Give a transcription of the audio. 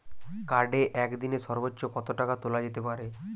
কার্ডে একদিনে সর্বোচ্চ কত টাকা তোলা যেতে পারে?